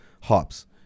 hops